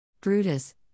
Brutus